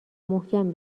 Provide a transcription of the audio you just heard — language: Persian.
محکم